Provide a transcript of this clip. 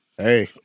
hey